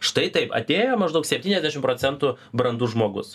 štai taip atėjo maždaug septyniasdešim procentų brandus žmogus